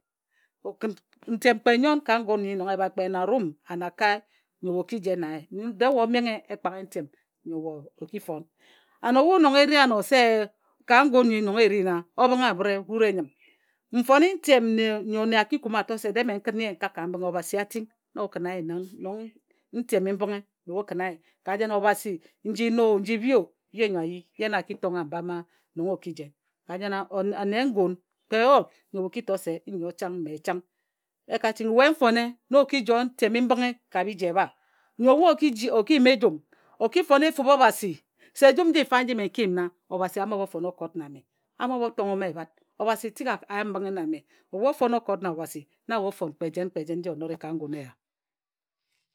Ntem kpe nnyon ngun a nyi nona ebhae kpe anarum kpe anakae nyo we o ki jen na ye dee we omenghe ekpak i ntem nyo we o ki fon an ebhu nong e ri ano se ka ngun nyi nong e ri na obhǝnghe obhǝre wut e nyǝm. Nfone ntem nne nyo nne a ki kume a to se dee mme n kǝn ye n kak ka mbǝnghe Obhasi ating na o kǝna ye nong ntem i mbǝnghe nyo we o kǝma ye ka jena Obhasi nji no o nji bhi o ye nyo a yi, ye na a ki tonghe wa mba mma nong o ki. Ka jena ane ngun kpe yot nyo we o ki to se nnyo chang mme chang e ka ching we ngone na o ki joe ntem-i-mbǝnghe ka biji. ebha nyo obhu o ki ji o ki kim ejum o ki fon efub Obhasi se ejum nji mfa nji mme n ki yim nna Obhasi a mo bha o fon okot na mme. A mo bha tonghe m ebhat Obhasi tik a yam mbǝnghe na mme. Ebhu o fon okot na Obhasi na we o fon kpe jen kpe jen nji o nore ka ngun eya.